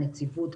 הנציבות,